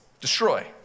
destroy